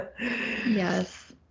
yes